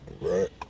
Right